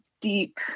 deep